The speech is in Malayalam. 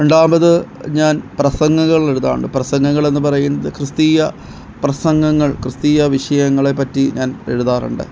രണ്ടാമത് ഞാൻ പ്രസംഗങ്ങ ൾ എഴുതാറുണ്ട് പ്രസംഗങ്ങൾ എന്നുപറയുന്നത് ക്രിസ്തീയ പ്രസംഗങ്ങൾ ക്രിസ്തീയ വിഷയങ്ങളെപ്പറ്റി ഞാൻ എഴുതാറുണ്ട്